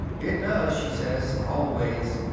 it does, she said. always!